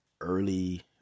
early